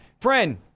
friend